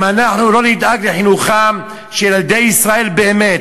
אם אנחנו לא נדאג לחינוכם של ילדי ישראל באמת,